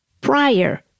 prior